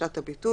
בבקשת הביטול,